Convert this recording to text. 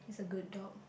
it's a good dog